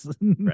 Right